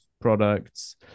products